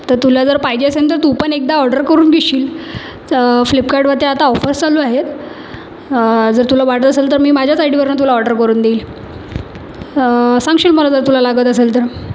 तर तुला जर पाहिजे असेन तर तू पण एकदा ऑर्डर करून घेशील तर फ्लिपकार्टवरती आता ऑफर्स चालू आहेत जर तुला वाटत असेल तर मी माझ्याच आयडीवरनं तुला ऑर्डर करून देईल सांगशील मला जर तुला लागत असेल तर